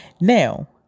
Now